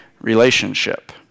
relationship